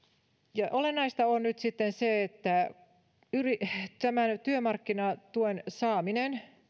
olennaista on nyt sitten se että tämän työmarkkinatuen saaminen